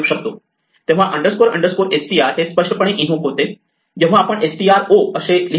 तेव्हा str हे स्पष्टपणे इन्व्होक होते जेव्हा आपण str असे लिहितो